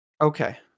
Okay